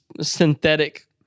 synthetic